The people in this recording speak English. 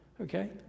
okay